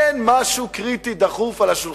אין משהו קריטי דחוף על השולחן.